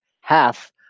half